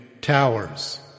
towers